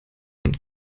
und